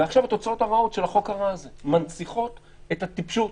ועכשיו התוצאות הרעות של החוק הרע הזה מנציחות את הטיפשות,